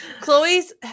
Chloe's